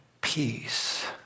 peace